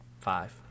five